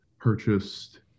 purchased